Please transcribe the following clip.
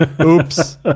Oops